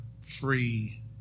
free